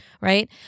right